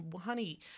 honey